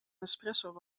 nespresso